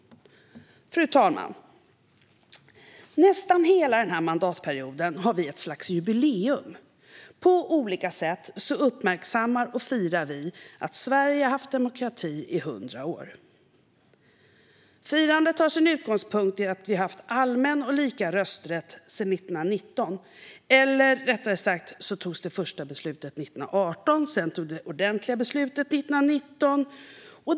Fru talman! Nästan hela den här mandatperioden har vi ett slags jubileum. På olika sätt uppmärksammar och firar vi att Sverige har haft demokrati i 100 år. Firandet har sin utgångspunkt i att vi har haft allmän och lika rösträtt sedan 1919, eller rättare sagt: Det första beslutet fattades 1918, och det ordentliga beslutet fattades sedan 1919.